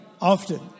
often